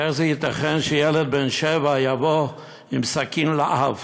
איך ייתכן שילד בן שבע בא עם סכין להב